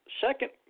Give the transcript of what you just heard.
second